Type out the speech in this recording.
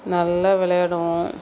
நல்லா விளையாடுவோம்